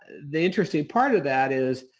the interesting part of that is,